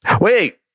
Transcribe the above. Wait